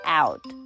out